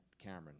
Cameron